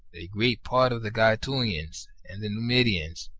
a great part of the gaetulians, and the numidians,